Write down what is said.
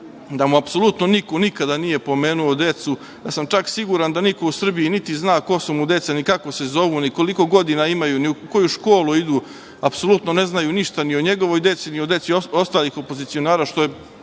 da mu apsolutno niko nikada nije pomenuo decu, da sam čak siguran da niko u Srbiji niti zna ko su mu deca, ni kako se zovu, ni koliko godina imaju, u koju školu idu, apsolutno ne znaju ništa o njegovoj deci i o deci ostalih opozicionara, što je